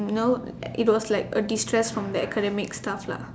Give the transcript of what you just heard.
know it was like a destress from that academic stuff lah